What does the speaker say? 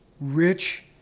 rich